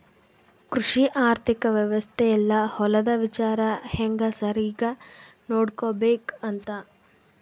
ಕೃಷಿ ಆರ್ಥಿಕ ವ್ಯವಸ್ತೆ ಯೆಲ್ಲ ಹೊಲದ ವಿಚಾರ ಹೆಂಗ ಸರಿಗ ನೋಡ್ಕೊಬೇಕ್ ಅಂತ